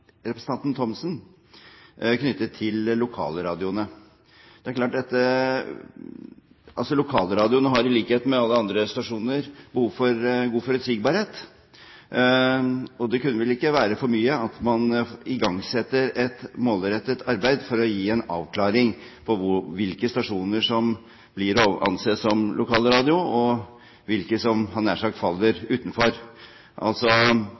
representanten Thomsen knyttet til lokalradioene. Lokalradioene har i likhet med alle andre stasjoner behov for god forutsigbarhet, og det kunne vel ikke være for mye at man igangsetter et målrettet arbeid for å gi en avklaring på hvilke stasjoner som blir å anse som lokalradio, og hvilke som – jeg hadde nær sagt